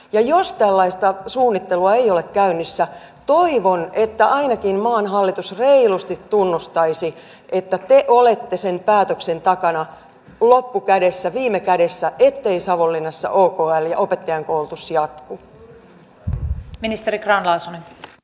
jos tällaista suunnittelua ei ole käynnissä toivon että ainakin maan hallitus reilusti tunnustaisi että te olette sen päätöksen takana loppukädessä viime kädessä ettei savonlinnassa okl ja opettajankoulutus jatku